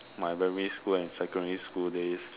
my primary school and secondary school days